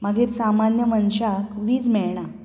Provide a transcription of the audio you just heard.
मागीर सामान्य मनशाक वीज मेळना